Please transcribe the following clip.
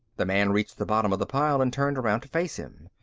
the man reached the bottom of the pile and turned around to face him.